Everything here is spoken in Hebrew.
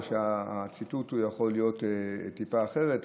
או שהציטוט יכול להיות טיפה אחרת,